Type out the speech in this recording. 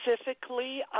specifically